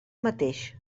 mateix